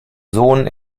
sohn